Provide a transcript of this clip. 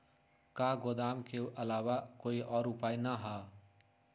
का गोदाम के आलावा कोई और उपाय न ह?